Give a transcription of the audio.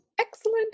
Excellent